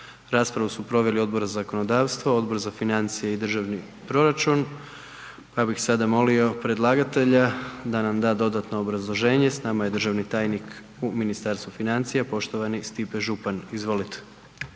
Raspravu su proveli Odbor za zakonodavstvo, Odbor za financije i državni proračun, pa bih sada molio predlagatelja da nam da dodatno obrazloženje. S nama je državni tajnik u Ministarstvu financija, poštovani Stipe Župan, izvolite.